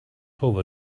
over